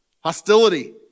Hostility